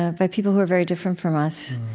ah but people who are very different from us,